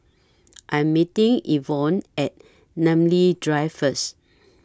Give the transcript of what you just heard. I'm meeting Evonne At Namly Drive First